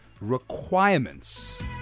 Requirements